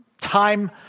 time